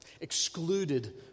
excluded